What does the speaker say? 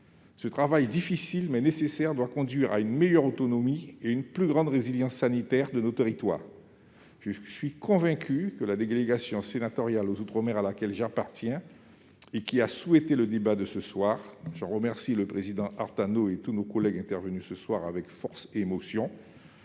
Ce travail difficile, mais nécessaire, doit conduire à une meilleure autonomie et à une plus grande résilience sanitaires de nos territoires. Je suis convaincu que la délégation sénatoriale aux outre-mer, à laquelle j'appartiens et qui a souhaité le débat de ce soir- je remercie son président, Stéphane Artano, et tous nos collègues qui sont intervenus avec force et émotion